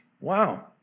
wow